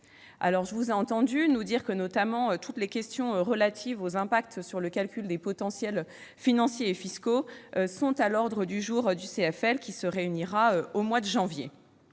Je vous ai notamment entendu dire que toutes les questions relatives aux impacts sur le calcul des potentiels financiers et fiscaux seront à l'ordre du jour du CFL, qui se réunira au mois de janvier